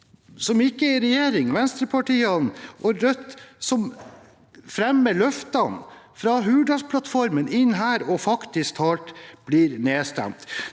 som ikke er i regjering – venstrepartiene og Rødt – som fremmer løftene fra Hurdalsplattformen inn her, og faktisk talt blir nedstemt.